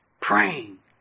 praying